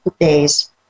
days